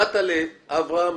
באת לאברהם,